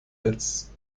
als